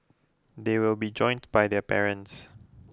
they will be joined by their parents